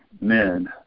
men